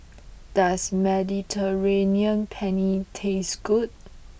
does Mediterranean Penne taste good